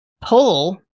pull